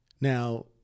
Now